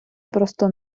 просто